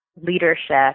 leadership